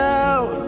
out